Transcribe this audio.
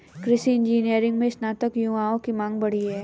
कृषि इंजीनियरिंग में स्नातक युवाओं की मांग बढ़ी है